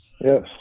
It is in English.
yes